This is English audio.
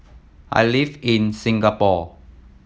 I live in Singapore